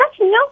no